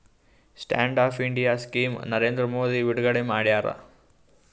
stand up India scheme Narendra Modi ಬಿಡುಗಡೆ ಮಾಡ್ಯಾರ